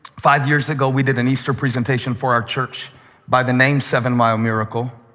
five years ago, we did an easter presentation for our church by the name seven-mile miracle,